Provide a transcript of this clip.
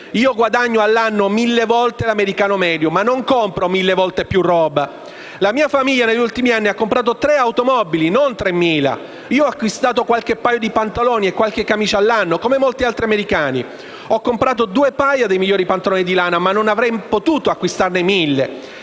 Io guadagno all'anno 1.000 volte l'americano medio, ma non compro mille volte più roba. La mia famiglia negli ultimi anni ha comprato tre automobili, non 3.000. Ho acquistato qualche paio di pantaloni e qualche camicia all'anno, come molti altri americani. Ho comprato due paia dei migliori pantaloni di lana, ma non avrei potuto acquistarne 1.000.